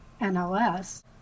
NLS